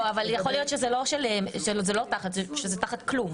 אבל יכול להיות שזה תחת כלום.